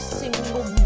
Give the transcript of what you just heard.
single